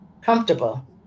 comfortable